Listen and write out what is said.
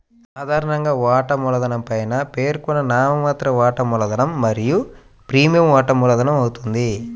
సాధారణంగా, వాటా మూలధనం పైన పేర్కొన్న నామమాత్ర వాటా మూలధనం మరియు ప్రీమియం వాటా మూలధనమవుతుంది